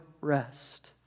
rest